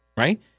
Right